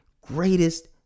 greatest